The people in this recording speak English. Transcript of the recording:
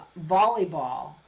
volleyball